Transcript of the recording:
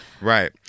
Right